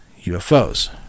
UFOs